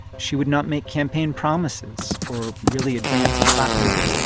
she would not make campaign promises or really advance a platform.